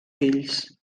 fills